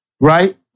right